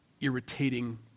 irritating